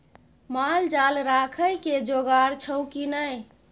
माल जाल राखय के जोगाड़ छौ की नै